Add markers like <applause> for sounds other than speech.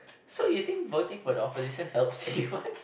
so you think voting for the opposition helps <laughs> you win